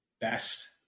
best